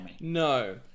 No